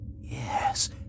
Yes